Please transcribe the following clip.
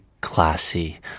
classy